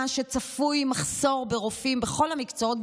שצפוי מחסור ברופאים בכל המקצועות,